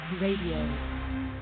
Radio